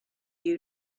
you